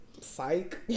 Psych